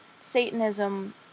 Satanism